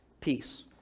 peace